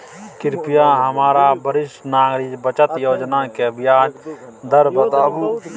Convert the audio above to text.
कृपया हमरा वरिष्ठ नागरिक बचत योजना के ब्याज दर बताबू